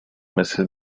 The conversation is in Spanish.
meses